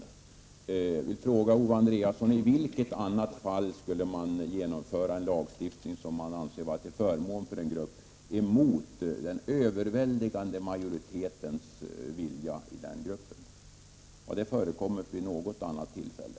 Jag vill fråga Owe Andréasson: I vilket annat fall skulle man genomföra en lagstiftning som man anser vara till förmån för en grupp emot viljan hos den överväldigande majoriteten av denna grupp? Har detta förekommit vid något annat tillfälle?